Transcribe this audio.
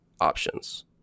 options